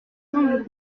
semblent